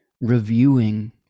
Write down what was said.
reviewing